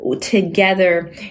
together